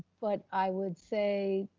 but i would say